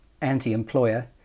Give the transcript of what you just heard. anti-employer